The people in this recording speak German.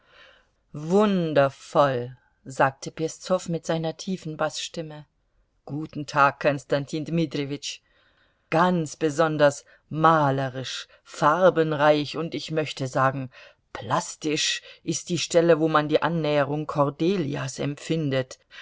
wundervoll sagte peszow mit seiner tiefen baßstimme guten tag konstantin dmitrijewitsch ganz besonders malerisch farbenreich und ich möchte sagen plastisch ist die stelle wo man die annäherung kordelias empfindet